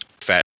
fat